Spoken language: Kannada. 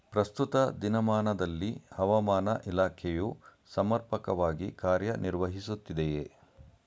ಪ್ರಸ್ತುತ ದಿನಮಾನದಲ್ಲಿ ಹವಾಮಾನ ಇಲಾಖೆಯು ಸಮರ್ಪಕವಾಗಿ ಕಾರ್ಯ ನಿರ್ವಹಿಸುತ್ತಿದೆಯೇ?